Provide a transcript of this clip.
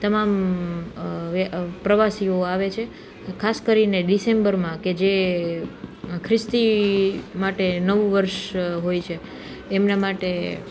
તમામ અ પ્રવાસીઓ આવે છે ખાસ કરીને ડિસેમ્બરમાં કે જે ખ્રિસ્તી માટે નવું વર્ષ હોય છે એમના માટે